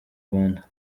rwanda